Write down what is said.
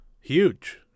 huge